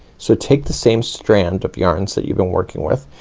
so take the same strand of yarns that you've been working with,